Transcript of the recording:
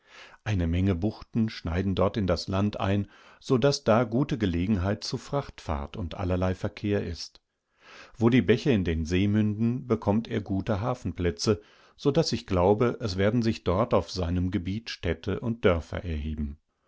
wennerdortnichtgärtnereibetreibenwill einemenge buchten schneiden dort in das land ein so daß da gute gelegenheit zu frachtfahrt und allerlei verkehr ist wo die bäche in den see münden bekommt er gute hafenplätze so daß ich glaube es werden sich dort auf seinemgebietstädteunddörfererheben undauchanackerlandwirdesihm